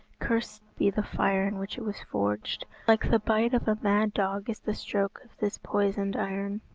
cursed be the fire in which it was forged. like the bite of a mad dog is the stroke of this poisoned iron.